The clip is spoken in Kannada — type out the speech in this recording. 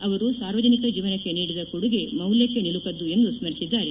ಅವರು ಸಾರ್ವಜನಿಕ ಜೀವನಕ್ಕೆ ನೀಡಿದ ಕೊಡುಗೆ ಮೌಲ್ಯಕ್ಕೆ ನಿಲುಕದ್ದು ಎಂದು ಸ್ಮರಿಸಿದ್ದಾರೆ